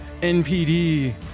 NPD